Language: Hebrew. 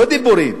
לא דיבורים.